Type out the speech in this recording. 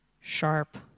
sharp